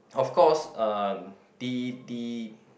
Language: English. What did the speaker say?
of course uh the the